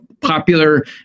popular